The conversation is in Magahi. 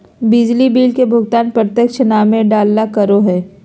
बिजली बिल के भुगतान प्रत्यक्ष नामे डालाल करो हिय